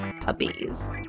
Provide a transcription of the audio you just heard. puppies